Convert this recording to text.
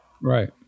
Right